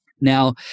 Now